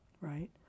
right